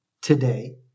today